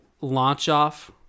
launch-off